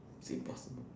is it possible